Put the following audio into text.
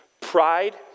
Pride